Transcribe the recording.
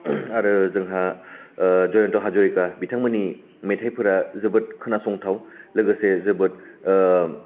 आरो जोंहा जयन्त हाजरिका बिथांमोननि मेथाइफोरा जोबोद खोनासंथाव लोगोसे जोबोद